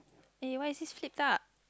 eh why is this flipped up